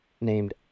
named